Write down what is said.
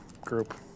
group